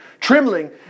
Trembling